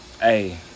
hey